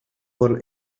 por